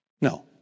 no